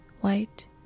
white